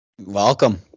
Welcome